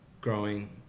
growing